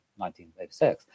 1986